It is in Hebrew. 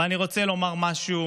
אבל אני רוצה לומר משהו